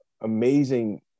amazing